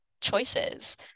choices